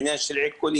בעניין של עיקולים,